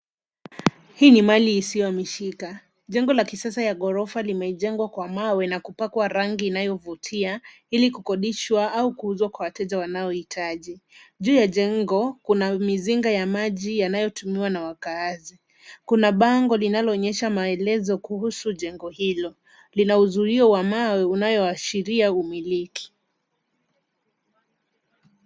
Hii ni mali isiyohamishika. Jengo la kisasa ya ghorofa imejengwa kwa mawe na kupakwa rangi inayovutia ili kukodishwa au kuuzwa kwa wateja wanaohitaji. Juu ya jengo kuna mizinga ya maji yanayotumiwa na wakazi. Kuna bango linaloonyesha maelezo kuhusu jengo hilo. Lina uzuio wa mawe unayoashiria umiliki.